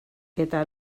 eta